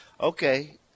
Okay